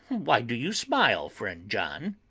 why do you smile, friend john?